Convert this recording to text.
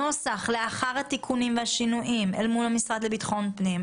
הנוסח לאחר התיקונים והשינויים אל מול המשרד לביטחון פנים,